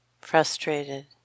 frustrated